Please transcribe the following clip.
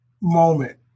moment